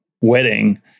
wedding